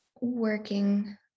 working